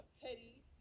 petty